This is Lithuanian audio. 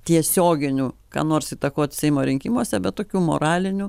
tiesioginių ką nors įtakot seimo rinkimuose be tokių moralinių